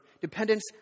dependence